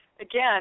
again